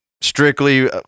strictly